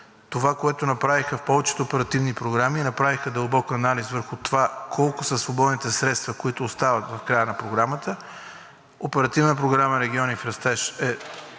Това, което направиха в повечето оперативни програми, направиха дълбок анализ върху това колко са свободните средства, които остават в края на Програмата. Оперативна програма „Региони в растеж“ е